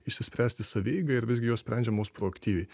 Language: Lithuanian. išspręsti savieigai ar visgi jos sprendžiamos proaktyviai